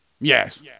Yes